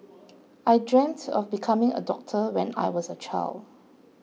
I dreamt of becoming a doctor when I was a child